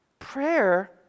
Prayer